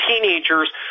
teenagers